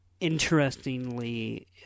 interestingly